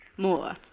More